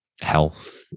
health